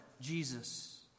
Jesus